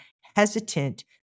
hesitant